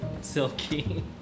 silky